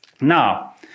Now